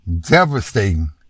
devastating